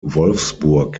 wolfsburg